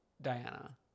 Diana